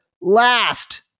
last